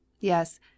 Yes